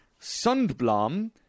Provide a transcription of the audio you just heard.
Sundblom